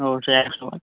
অবশ্যই একশোবার